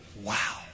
wow